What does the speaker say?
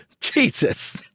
Jesus